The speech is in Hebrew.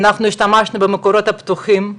אנחנו השתמשנו במקורות פתוחים.